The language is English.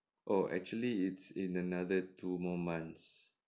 oh actually it's in another two more months